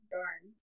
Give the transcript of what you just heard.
Darn